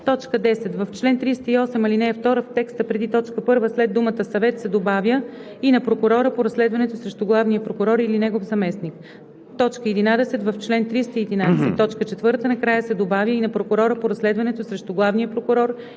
и 8. 10. В чл. 308, ал. 2, в текста преди т. 1 след думата „съвет“ се добавя „и на прокурора по разследването срещу главния прокурор или негов заместник“. 11. В чл. 311, т. 4 накрая се добавя „и на прокурора по разследването срещу главния прокурор